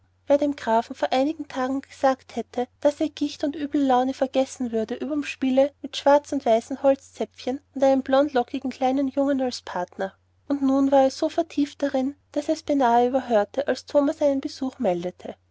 wer dem grafen vor einigen tagen gesagt hätte daß er gicht und üble launen vergessen würde überm spiele mit schwarz und weißen holzzäpfchen und einem blondlockigen kleinen jungen als partner und nun war er so vertieft darin daß er's beinahe überhörte als thomas einen besuch meldete